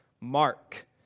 Mark